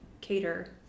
cater